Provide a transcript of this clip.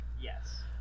Yes